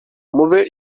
mube